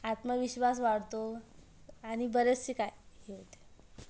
आत्मविश्वास वाढतो आणि बरेचसे काही हे होते